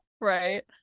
Right